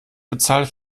bezahlt